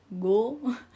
go